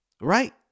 Right